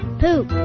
poop